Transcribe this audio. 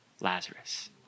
Lazarus